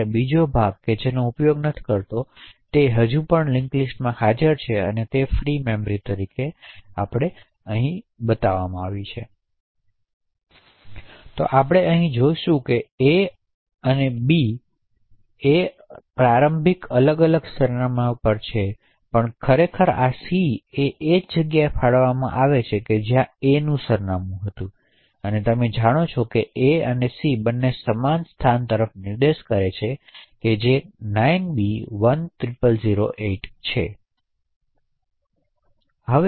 હવે બીજો ભાગ જેનો ઉપયોગ થતો નથી તે હજી પણ લિંક્સ લિસ્ટમાં રહેશે આ રીતે જ્યારે આપણે આ પ્રોગ્રામ ચલાવીએ છીએ ત્યારે આપણે આ જોશું આપણે જોશું કે a અને b ની પ્રારંભિક ફાળવણી આ સરનામાં પર છે અને જ્યારે આપણે ખરેખર સી ફાળવીએ છીએ કોઈને મુક્ત કર્યા પછી તે એક સમાન સરનામું મેળવી શકે છે જેણે મેળવ્યું છે તેથી તમે જાણો છો કે સરનામું એ અને સી બંને સમાન સ્થાન તરફ નિર્દેશ કરે છે જે 9b10008 છે